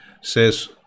says